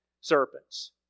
serpents